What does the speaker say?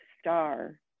Star